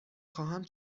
خواهم